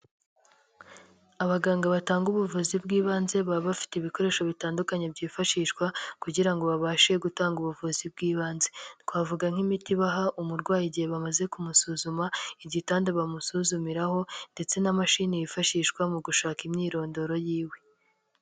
Abaganga batanga ubuvuzi bw'ibanze baba bafite ibikoresho bitandukanye byifashishwa kugira ngo babashe gutanga ubuvuzi bw'ibanze, twavuga nk'imiti ibaha umurwayi igihe bamaze kumusuzuma, igitanda bamusuzumiraho, ndetse na mashini yifashishwa mu gushaka imyirondoro yiwe.